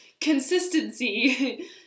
Consistency